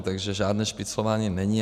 Takže žádné špiclování není.